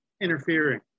interfering